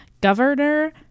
Governor